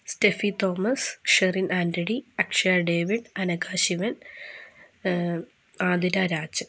Steffi Thomas Sherin Antony Akshaya David Anagha Shivan Athira Rajan